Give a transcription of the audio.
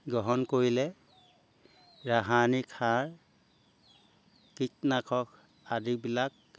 গ্ৰহণ কৰিলে ৰাসায়নিক সাৰ কীটনাশক আদিবিলাক